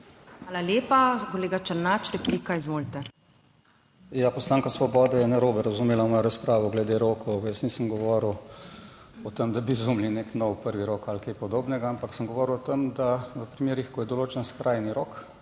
Hvala lepa. Kolega Černač, replika. Izvolite. **ZVONKO ČERNAČ (PS SDS):** Poslanka Svobode je narobe razumela mojo razpravo glede rokov. Jaz nisem govoril o tem, da bi izumili nek nov prvi rok ali kaj podobnega, ampak sem govoril o tem, da v primerih, ko je določen skrajni rok,